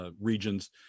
regions